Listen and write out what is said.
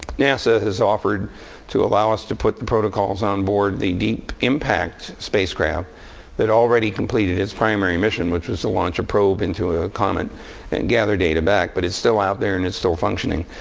nasa has offered to allow us to put the protocols on board the deep impact spacecraft that already completed its primary, mission which was to launch a probe into a comet and gather data back. but it's still out there, and it's still functioning.